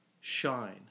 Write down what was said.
shine